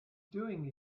doing